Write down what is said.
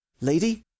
Lady